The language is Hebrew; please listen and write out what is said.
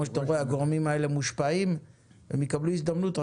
שאתה מבין הגורמים האלה מושפעים והם יקבלו הזדמנות לדבר.